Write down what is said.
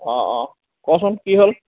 অঁ অঁ ক'চোন কি হ'ল